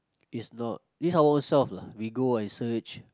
is not is ourselves lah we go and search